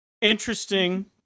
Interesting